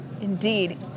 Indeed